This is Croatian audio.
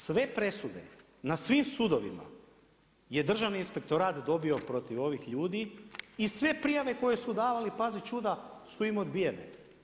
Sve presude na svim sudovima je Državni inspektorat dobio protiv ovih ljudi i sve prijave koje su davali pazi čuda su im odbijene.